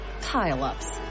pile-ups